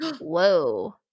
whoa